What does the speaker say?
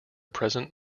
present